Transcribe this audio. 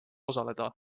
osaleda